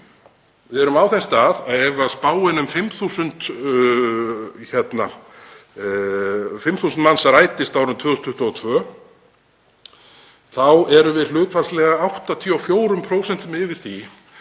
Við erum á þeim stað að ef spáin um 5.000 manns rætist árið 2022 þá erum við hlutfallslega 84% yfir því